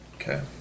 Okay